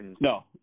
No